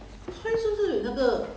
she likes to drink Koi a lot